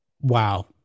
Wow